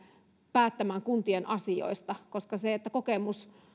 päättämään kuntien asioista koska sitä että kokemus